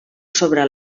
sobre